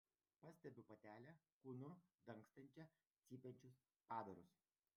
pastebiu patelę kūnu dangstančią cypiančius padarus